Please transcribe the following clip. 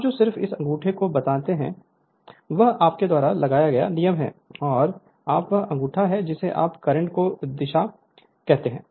आप जो सिर्फ इस अंगूठे को बनाते हैं वह आपके द्वारा लगाया गया नियम है और आप वह अंगूठा है जिसे आप करंट की दिशा कहते हैं